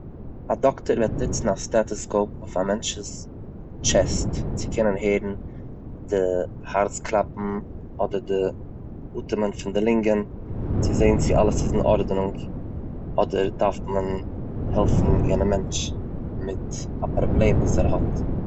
א דאקטער וועט נוצן א סטעטעסקאופ אויף א מענטשס טשעסט, צו קענען הערן די הארץ קלאפן אדער די אטעמען פון די לונגען צו זעהן צו אלעס איז אין ארדענונג אדער דארף מען העלפן יענע מענטש מיט א פראבלעם וואס ער האט.